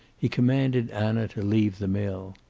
he commanded anna to leave the mill.